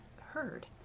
heard